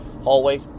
hallway